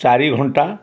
ଚାରି ଘଣ୍ଟା